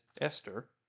Esther